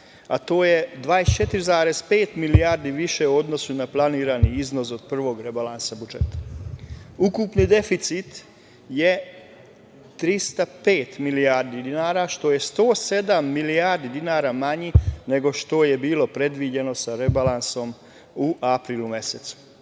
a to je 24,5 milijardi više u odnosu na planirani iznos od prvog rebalansa budžeta. Ukupni deficit je 305 milijardi dinara, što je 107 milijardi dinara manje nego što je bilo predviđeno sa rebalansom u aprilu mesecu.